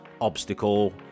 obstacle